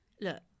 look